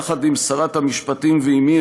יחד עם שרת המשפטים ועמי,